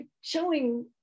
showing